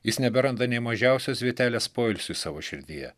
jis neberanda nei mažiausios vietelės poilsiui savo širdyje